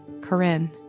Corinne